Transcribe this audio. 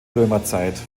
römerzeit